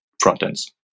front-ends